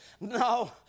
no